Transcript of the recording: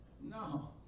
No